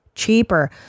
Cheaper